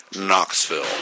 Knoxville